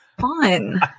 fun